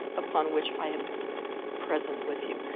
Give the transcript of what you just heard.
upon which i am present with you.